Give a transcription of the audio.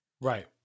Right